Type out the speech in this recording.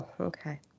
okay